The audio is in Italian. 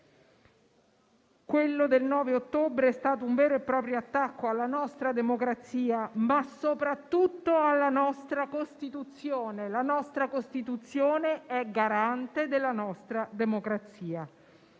Quello del 9 ottobre è stato un vero e proprio attacco alla nostra democrazia, ma soprattutto alla nostra Costituzione. La nostra Costituzione è garante della nostra democrazia.